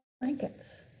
blankets